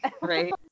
right